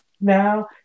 now